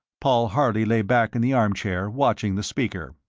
paul harley lay back in the armchair watching the speaker.